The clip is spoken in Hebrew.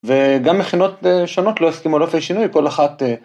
וגם מכינות שונות, לא הסכימו על אופי השינוי. כל אחת.